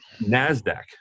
NASDAQ